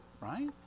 Right